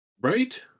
Right